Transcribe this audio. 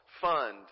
fund